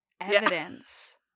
evidence